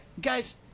guys